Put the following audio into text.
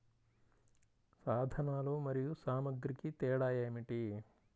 సాధనాలు మరియు సామాగ్రికి తేడా ఏమిటి?